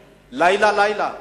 לילה-לילה.